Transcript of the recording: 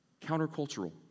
countercultural